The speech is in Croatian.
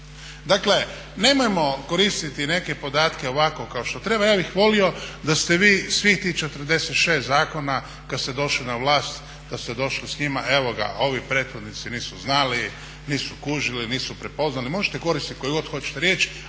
Dakle, nemojmo koristiti neke podatke ovako kao što treba, ja bih volio da ste vi svih tih 46 zakona kad ste došli na vlast, kad ste došli s njima, evo ga ovi prethodnici nisu znali, nisu kužili, nisu prepoznali. Možete koristit koju god hoćete riječ,